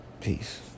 Peace